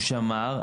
הוא שמר,